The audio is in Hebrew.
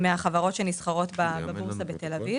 מהחברות שנסחרות בבורסה בתל אביב.